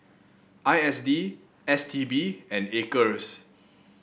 I S D S T B and Acres